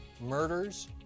murders